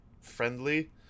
friendly